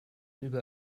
über